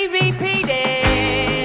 repeating